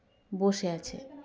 ᱵᱚᱥᱮ ᱟᱪᱷᱮ